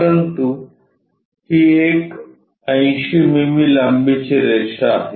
परंतु ही एक 80 मिमी लांबीची रेषा आहे